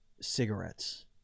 cigarettes